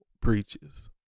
preaches